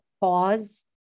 pause